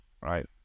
right